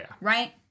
Right